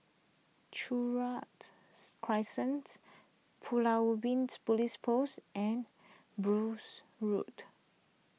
Crescent Pulau Ubin Police Post and Road